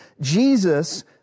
Jesus